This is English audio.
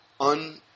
un